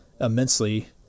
immensely